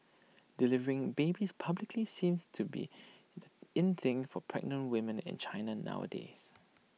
delivering babies publicly seems to be in thing for pregnant women in China nowadays